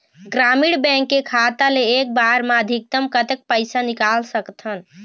ग्रामीण बैंक के खाता ले एक बार मा अधिकतम कतक पैसा निकाल सकथन?